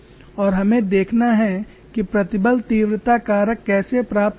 और हमें देखना हैं कि प्रतिबल तीव्रता कारक कैसे प्राप्त करें